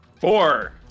Four